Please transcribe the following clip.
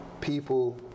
people